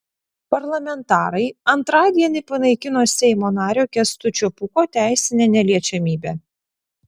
parlamentarai antradienį panaikino seimo nario kęstučio pūko teisinę neliečiamybę